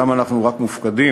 רק שם אנחנו מופקדים,